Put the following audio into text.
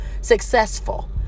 successful